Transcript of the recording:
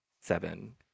seven